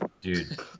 Dude